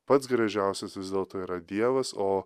pats gražiausias vis dėlto yra dievas o